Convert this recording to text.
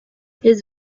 his